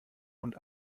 und